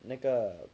那个